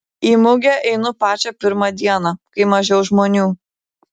į mugę einu pačią pirmą dieną kai mažiau žmonių